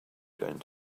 going